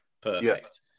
Perfect